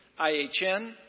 IHN